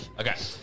Okay